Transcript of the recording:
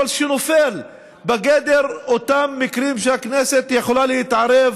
אבל שנופל בגדר אותם מקרים שהכנסת יכולה להתערב